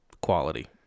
quality